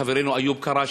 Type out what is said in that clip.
חברנו איוב קרא.